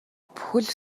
бүхэл